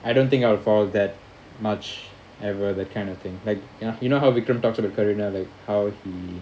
I don't think I'll fall that much ever that kind of thing like you know how vikram talks to karina like how he